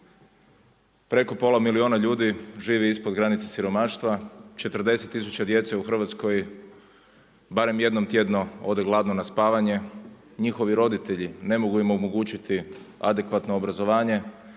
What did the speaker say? Preko pola milijuna ljudi živi ispod granice siromaštva, 40 tisuća djece u Hrvatsko barem jedno tjedno ode gladno na spavanje. Njihovi roditelji ne mogu im omogućiti adekvatno obrazovanje,